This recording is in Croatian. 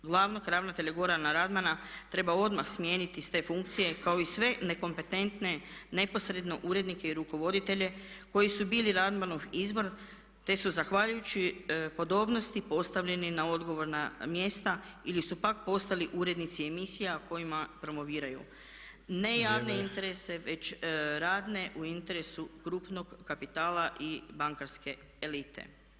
Glavnog ravnatelja Gorana Radmana treba odmah smijeniti s te funkcije kao i sve nekompetentne neposredno urednike i rukovoditelje koji su bili Radmanov izbor te su zahvaljujući podobnosti postavljeni na odgovorna mjesta ili su pak postali urednici emisija kojima promoviraju ne javne interese već radne u interesu grupnog kapitala i bankarske elite.